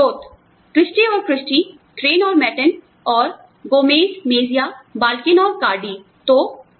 स्रोत क्रिस्टी और Christy Crane और मैटेन और गोमेज़ मेजिया और बाल्किन और कार्डीChristy Christy Crane Matten and Gomez Mejia Balkin Cardy